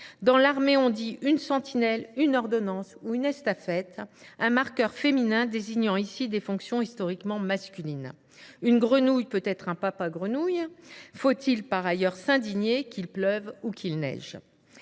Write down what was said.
Dans l’armée, on dit « une sentinelle »,« une ordonnance » ou « une estafette », un marqueur féminin désignant ici des fonctions historiquement masculines. « Une grenouille » peut être un papa grenouille. Faut il par ailleurs s’indigner qu’il pleuve ou qu’il neige ?